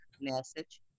message